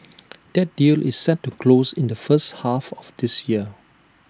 that deal is set to close in the first half of this year